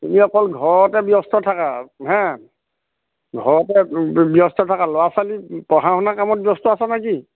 তুমি অকল ঘৰতে ব্যস্ত থাকা আৰু হে ঘৰতে ব্যস্ত থাকা ল'ৰা ছোৱালী পঢ়া শুনা কামত ব্যস্ত আছা নে কি